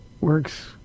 works